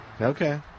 Okay